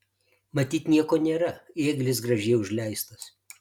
matyt nieko nėra ėglis gražiai užleistas